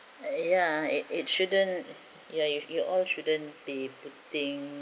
ya it it shouldn't yeah it you all shouldn't be putting